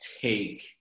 take